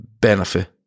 Benefit